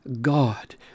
God